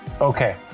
Okay